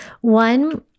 One